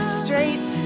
straight